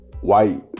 white